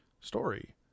story